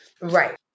Right